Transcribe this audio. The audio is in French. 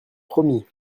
promis